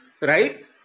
right